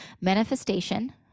manifestation